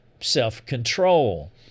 self-control